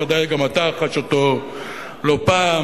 בוודאי גם אתה חש אותו לא פעם,